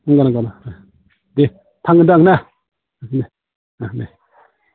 देह थांगोन दे आं नाह देह अ देह